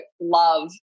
love